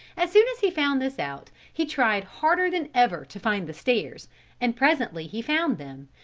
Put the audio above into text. as soon as he found this out, he tried harder than ever to find the stairs and presently he found them,